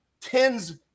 tens